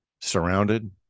surrounded